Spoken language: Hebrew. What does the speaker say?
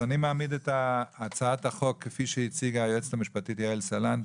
אני מעמיד את הצעת החוק כפי שהציגה היועצת המשפטית יעל סלנט.